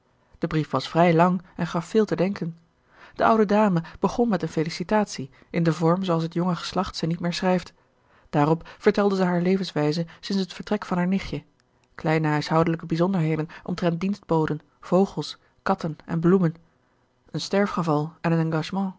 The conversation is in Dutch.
de brief was vrij lang en gaf veel te denken de oude dame begon met een felicitatie in den vorm zoo als het jonge geslacht ze niet meer schrijft daarop vertelde zij hare levenswijze sinds het vertrek van haar nichtje kleine huishoudelijke bijzonderheden omtrent dienstboden vogels katten en bloemen een sterfgeval en